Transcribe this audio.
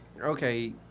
Okay